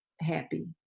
happy